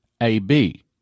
A-B